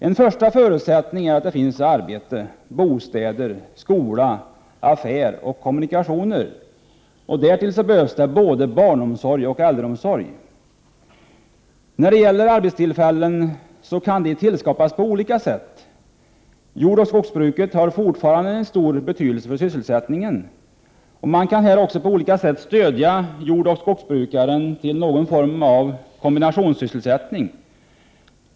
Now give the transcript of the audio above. En första förutsättning är att det finns arbete, bostäder, skola, affär och kommunikationer. Därtill behövs det såväl barnomsorg som äldreomsorg. Arbetstillfällen kan tillskapas på olika sätt. Jordoch skogsbruket har fortfarande stor betydelse för sysselsättningen. Man kan här på olika sätt stödja jordoch/eller skogsbrukaren när det gäller att skapa någon form av kombinationssysselsättning.